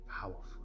powerful